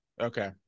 Okay